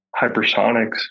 hypersonics